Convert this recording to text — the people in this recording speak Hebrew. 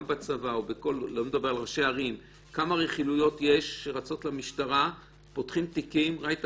גם בצבא כמה רכילויות יש שרצות למשטרה ופותחים תיקים ראית,